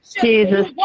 Jesus